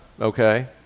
okay